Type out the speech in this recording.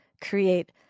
create